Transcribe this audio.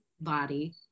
body